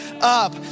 up